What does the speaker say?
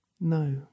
No